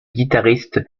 guitariste